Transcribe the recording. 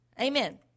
Amen